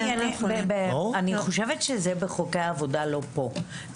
אני חושבת שזה בחוקי עבודה, לא פה.